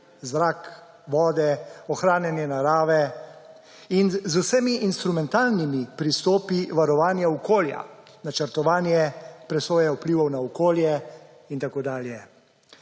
zrak, vode, ohranjanje narave ‒ in z vsemi instrumentalnimi pristopi varovanja okolja, načrtovanje presoje vplivov na okolje in tako dalje.